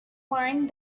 learned